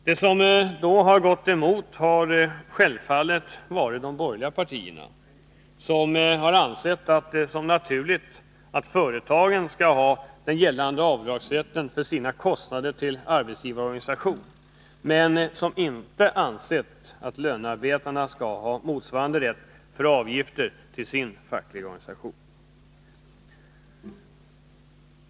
De som då har gått emot har självfallet varit de borgerliga partierna, som ansett det naturligt att företagen skall ha den gällande rätten för avdrag för sina kostnader till arbetsgivarorganisationen men inte att lönarbetarna skall ha motsvarande rätt när det gäller avgifter till sin fackliga organisation.